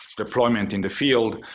deployment in the field.